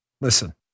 Listen